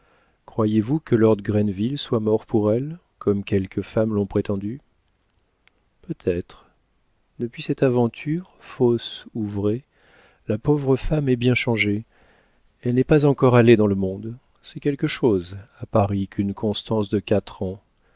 croyez-vous que lord grenville soit mort pour elle comme quelques femmes l'ont prétendu peut-être depuis cette aventure fausse ou vraie la pauvre femme est bien changée elle n'est pas encore allée dans le monde c'est quelque chose à paris qu'une constance de quatre ans